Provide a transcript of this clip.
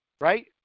right